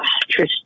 Tristan